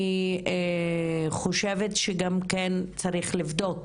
אני חושבת שגם כן, צריך לבדוק